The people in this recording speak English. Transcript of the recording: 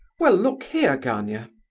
well, look here, gania.